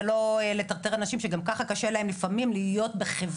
ולא לטרטר אנשים שגם ככה קשה להם לפעמים להיות בחברה.